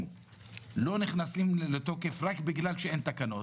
לא נכנסים לתוקף רק בגלל שאין תקנות.